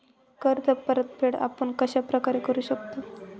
कर्ज परतफेड आपण कश्या प्रकारे करु शकतो?